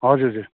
हजुर हजुर